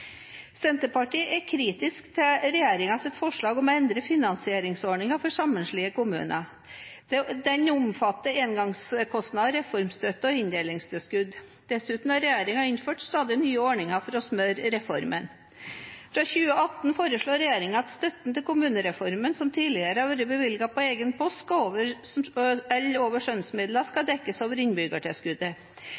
Senterpartiet er kritisk til regjeringens forslag om å endre finansieringsordningen for sammenslåtte kommuner. Den omfatter engangskostnader, reformstøtte og inndelingstilskudd. Dessuten har regjeringen innført stadig nye ordninger for å smøre reformen. Fra 2018 foreslår regjeringen at støtten til kommunereformen som tidligere har vært bevilget på egen post, eller over skjønnsmidler, skal dekkes over